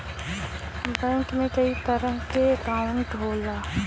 bank में कई तरे क अंकाउट होला